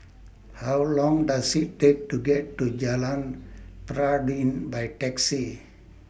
How Long Does IT Take to get to Jalan Peradun By Taxi